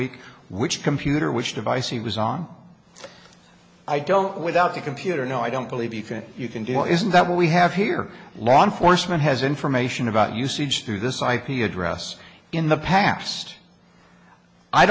week which computer which device he was on i don't without the computer no i don't believe you can you can do is that we have here law enforcement has information about usage through this ip address in the past i